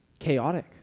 chaotic